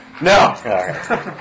No